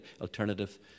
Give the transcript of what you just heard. alternative